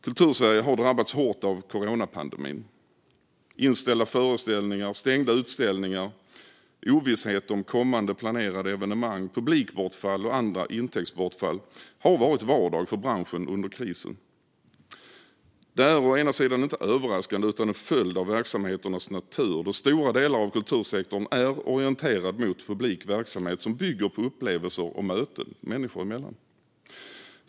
Kultursverige har drabbats hårt av coronapandemin. Inställda föreställningar och stängda utställningar, ovisshet om kommande planerade evenemang, publikbortfall och andra intäktsbortfall har varit vardag för branschen under krisen. Å ena sidan är detta inte överraskande utan en följd av verksamheternas natur, då stora delar av kultursektorn är orienterade mot publik verksamhet som bygger på upplevelser och möten människor emellan.